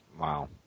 Wow